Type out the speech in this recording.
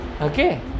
Okay